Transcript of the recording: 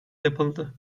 yapıldı